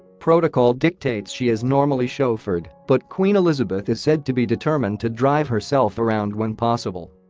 protocol dictates she is normally chauffeured, but queen elizabeth is said to be determined to drive herself around when possible